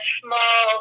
small